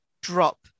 drop